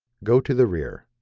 go to the rear.